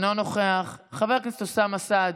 אינו נוכח, חבר הכנסת אוסאמה סעדי,